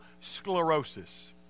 sclerosis